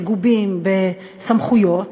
מגובים בסמכויות,